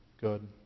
good